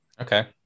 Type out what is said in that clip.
Okay